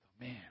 Man